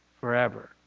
forever